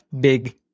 big